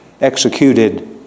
Executed